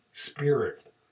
spirit